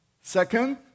Second